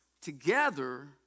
Together